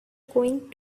going